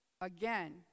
Again